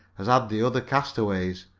as had the other castaways.